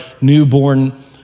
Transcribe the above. newborn